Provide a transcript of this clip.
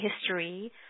history